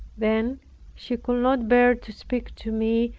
then she could not bear to speak to me,